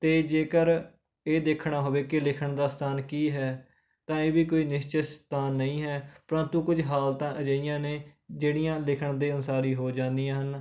ਅਤੇ ਜੇਕਰ ਇਹ ਦੇਖਣਾ ਹੋਵੇ ਕਿ ਲਿਖਣ ਦਾ ਸਥਾਨ ਕੀ ਹੈ ਤਾਂ ਇਹ ਵੀ ਕੋਈ ਨਿਸ਼ਚਿਤ ਸਥਾਨ ਨਹੀਂ ਹੈ ਪ੍ਰੰਤੂ ਕੁਝ ਹਾਲਤਾਂ ਅਜਿਹੀਆਂ ਨੇ ਜਿਹੜੀਆਂ ਲਿਖਣ ਦੇ ਅਨੁਸਾਰ ਹੀ ਹੋ ਜਾਂਦੀਆਂ ਹਨ